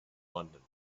london